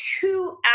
two